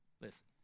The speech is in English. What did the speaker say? listen